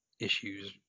issues